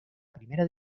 primera